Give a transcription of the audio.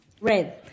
Red